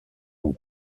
nom